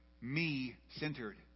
me-centered